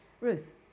Ruth